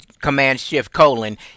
Command-Shift-Colon